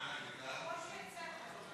ומה עם הקליטה?